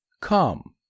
Come